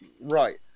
Right